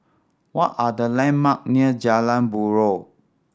what are the landmark near Jalan Buroh